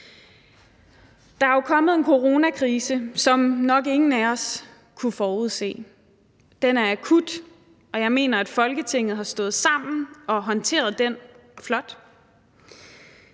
Der er jo kommet en coronakrise, som nok ingen af os kunne forudse. Den er akut, og jeg mener, at Folketinget har stået sammen og har håndteret den flot.